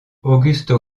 augusto